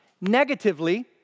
negatively